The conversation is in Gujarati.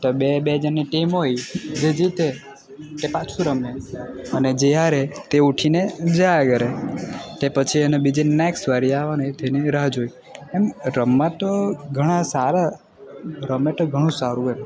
તો બે બે જણની ટીમ હોય જે જીતે તે પાછું રમે અને જે હારે તે ઊઠીને જાય ઘરે તે પછી એને બીજે નેક્સ્ટ વારી આવવાની તેની રાહ જોવે એમ રમવા તો ઘણાં સારા રમે તો ઘણું સારું એમ